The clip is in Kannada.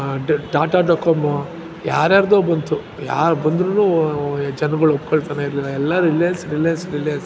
ಡಕ್ ಟಾಟಾ ಡೊಕೊಮೊ ಯಾರ ಯಾರದ್ದೋ ಬಂತು ಯಾರು ಬಂದ್ರೂ ಜನಗಳು ಕೇಳ್ತಾನೇ ಇರಲಿಲ್ಲ ಎಲ್ಲ ರಿಲಯನ್ಸ್ ರಿಲಯನ್ಸ್ ರಿಲಯನ್ಸ್